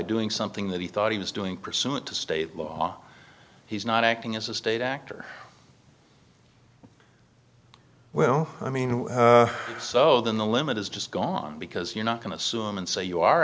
doing something that he thought he was doing pursuant to state law he's not acting as a state actor well i mean so then the limit is just gone because you're not going to sue them and say you are